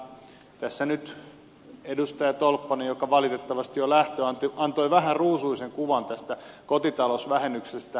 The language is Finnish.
mutta tässä nyt edustaja tolppanen joka valitettavasti jo lähti antoi vähän ruusuisen kuvan tästä kotitalousvähennyksestä